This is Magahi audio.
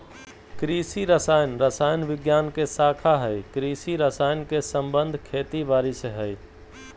कृषि रसायन रसायन विज्ञान के शाखा हई कृषि रसायन के संबंध खेती बारी से हई